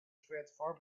transform